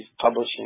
publishing